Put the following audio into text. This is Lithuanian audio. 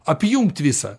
apjungt visą